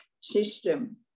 system